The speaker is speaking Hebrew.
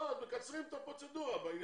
לא, מקצרים את הפרוצדורה בעניין הזה.